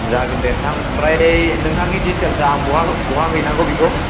जागोन दे नोंथां ओमफ्राय नोंथांनि डिटेल्सआ आं बहा हैनांगौ बेखौ